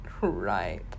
right